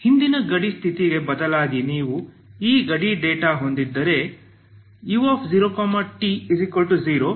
ಹಿಂದಿನ ಗಡಿ ಸ್ಥಿತಿಗೆ ಬದಲಾಗಿ ನೀವು ಗಡಿ ಡೇಟಾ ಹೊಂದಿದ್ದರೆ u0t0 fixed edgeor ux0t0ಹೊಂದಬಹುದು